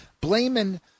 blaming